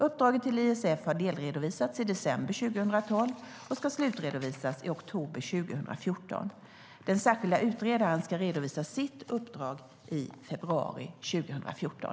Uppdraget till ISF har delredovisats i december 2012 och ska slutredovisas i oktober 2014. Den särskilda utredaren ska redovisa sitt uppdrag i februari 2014.